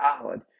solid